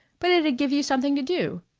but it'd give you something to do.